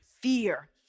Fear